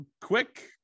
quick